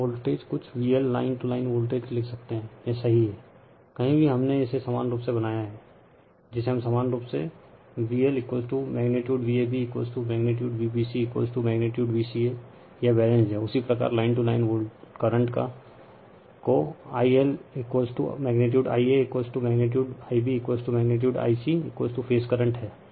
line voltage कुछ VL line to line voltage लिख सकते हैं यह सही हैं कही भी हमने इसे समान रूप से बनाया हैं जिसे हम समान रूप VLमैग्नीटीयूडVabमैग्नीटीयूडVbcमैग्नीटीयूडVca यह बैलेंस्ड है उसी प्रकार लाइन टू लाइन का करंट ILमैग्नीटीयूडIaमैग्नीटीयूडIbमैग्नीटीयूडIc फेज करंट हैं